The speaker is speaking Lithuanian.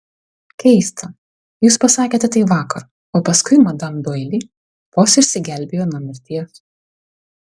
keista jūs pasakėte tai vakar o paskui madam doili vos išsigelbėjo nuo mirties